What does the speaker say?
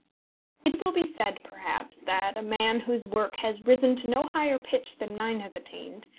it will be said, perhaps, that a man whose work has risen to no higher pitch than mine has attained,